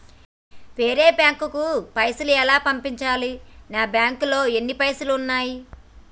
వేరే బ్యాంకుకు పైసలు ఎలా పంపించాలి? నా బ్యాంకులో ఎన్ని పైసలు ఉన్నాయి?